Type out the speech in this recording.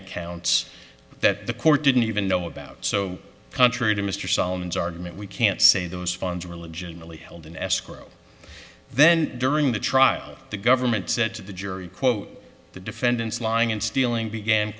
accounts that the court didn't even know about so contrary to mr solomon's argument we can't say those funds were legitimately held in escrow then during the trial the government said to the jury quote the defendant's lying and stealing began